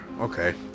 Okay